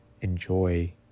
enjoy